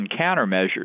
countermeasures